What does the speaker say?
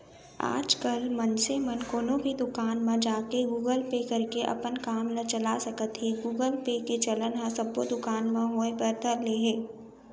आजकल मनसे मन कोनो भी दुकान म जाके गुगल पे करके अपन काम ल चला सकत हें गुगल पे के चलन ह सब्बो दुकान म होय बर धर ले हे